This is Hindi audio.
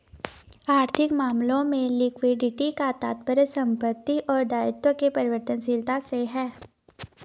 आर्थिक मामलों में लिक्विडिटी का तात्पर्य संपत्ति और दायित्व के परिवर्तनशीलता से है